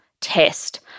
test